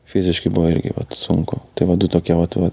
fiziškai buvo irgi vat sunku tai vat du tokie vat vat